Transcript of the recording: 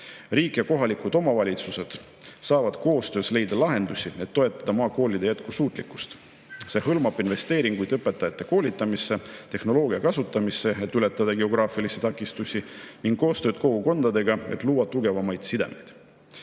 Riik ja kohalikud omavalitsused saavad koostöös leida lahendusi, et toetada maakoolide jätkusuutlikkust. See hõlmab investeeringuid õpetajate koolitamisse, tehnoloogia kasutamisse, et ületada geograafilisi takistusi, ning koostööd kogukondadega, et luua tugevamaid sidemeid.